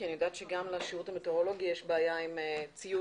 אני יודעת שגם לשירות המטאורולוגי יש בעיה עם ציוד.